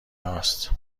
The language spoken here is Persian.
هاست